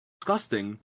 disgusting